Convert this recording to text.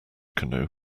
canoe